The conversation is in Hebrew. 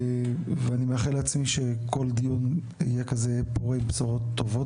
ואני מאחל לעצמי שכל דיון יהיה כזה פורה עם בשורות טובות,